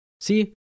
See